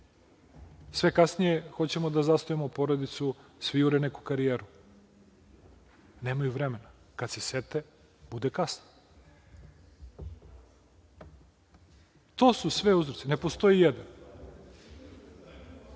Sve kasnije hoćemo da zasnujemo porodicu, svi jure neku karijeru, nemaju vremena, a kad se sete bude kasno. To su sve uzroci, a ne postoji jedan.